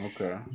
Okay